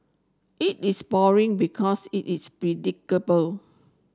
it is boring because it is predictable